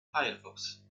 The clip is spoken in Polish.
firefox